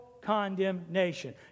condemnation